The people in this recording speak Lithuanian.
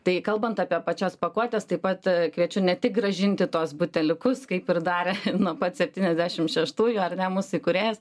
tai kalbant apie pačias pakuotes taip pat kviečiu ne tik grąžinti tuos buteliukus kaip ir darė nuo pat septyniasdešimt šeštųjų ar ne mūsų įkūrėjas